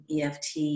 EFT